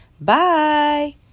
Bye